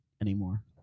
anymore